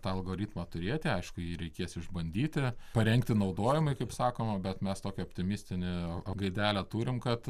tą algoritmą turėti aišku jį reikės išbandyti parengti naudojimui kaip sakoma bet mes tokį optimistinį gaidelę turim kad